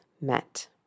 met